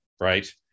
Right